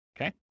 Okay